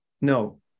no